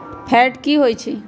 Fat की होवछै?